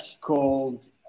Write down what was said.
called